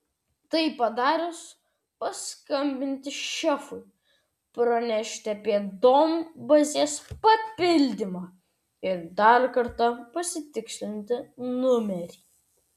tai padarius paskambinti šefui pranešti apie duombazės papildymą ir dar kartą pasitikslinti numerį